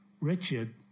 Richard